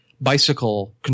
bicycle